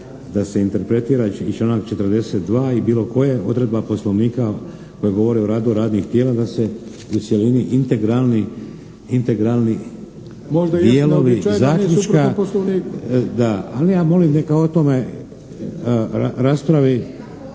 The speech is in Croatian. da se interpretira i članak 42. i bilo koja odredba Poslovnika koja govori o radu radnih tijela da se u cjelini integralni dijelovi zaključka … **Arlović, Mato (SDP)**